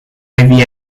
ivy